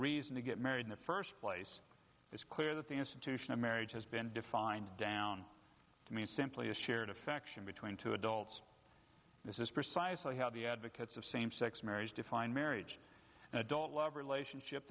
reason to get married in the first place it's clear that the institution of marriage has been defined down to mean simply a shared affection between two adults this is precisely how the advocates of same sex marriage define marriage an adult relationship